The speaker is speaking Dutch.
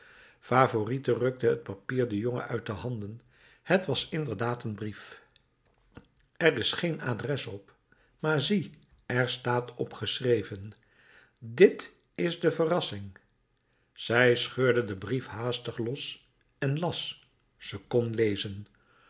favourite rukte het papier den jongen uit de handen het was inderdaad een brief er is geen adres op maar zie er staat op geschreven dit is de verrassing zij scheurde den brief haastig los en las